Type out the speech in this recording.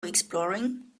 exploring